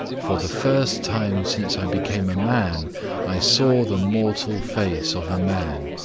for the first time since i became a man i saw the mortal face of a man,